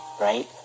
right